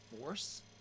force